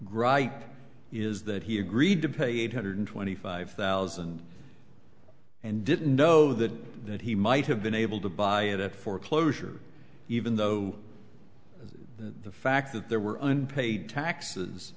gripe is that he agreed to pay eight hundred twenty five thousand and didn't know that that he might have been able to buy it at foreclosure even though the fact that there were unpaid taxes